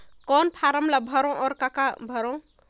कौन फारम ला भरो और काका भरो?